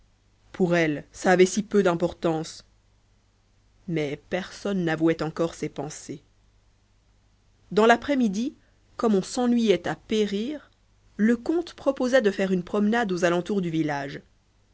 pour elle ça avait si peu d'importance mais personne n'avouait encore ces pensées dans l'après-midi comme on s'ennuyait à périr le comte proposa de faire une promenade aux alentours du village